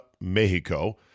Mexico